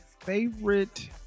favorite